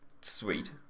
sweet